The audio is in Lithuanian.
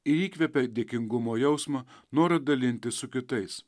ir įkvepia dėkingumo jausmą norą dalintis su kitais